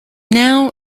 now